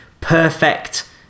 perfect